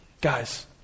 guys